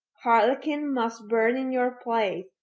harlequin must burn in your place.